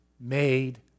made